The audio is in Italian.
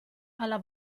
alla